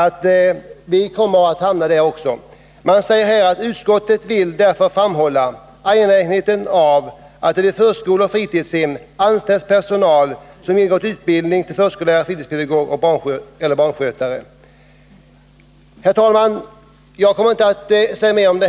Utskottet skriver: ”Utskottet vill därför framhålla angelägenheten av att det vid förskolor och fritidshem anställs personal som genomgått utbildning till förskollärare, fritidspedagog eller barnskötare ——=.” Herr talman!